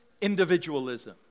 individualism